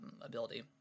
ability